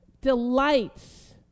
delights